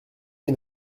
une